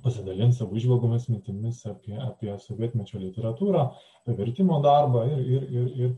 pasidalins savo įžvalgomis mintimis apie apie sovietmečio literatūrą vertimo darbą ir ir ir